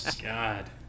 God